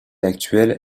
actuel